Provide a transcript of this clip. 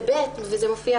ושנית, וזה מופיע